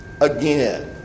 again